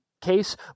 case